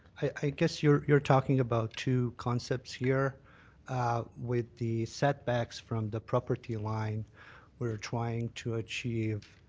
i guess you're you're talking about two concepts here with the setbacks from the property line we're trying to achieve